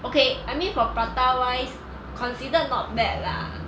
okay I mean for prata wise considered not bad lah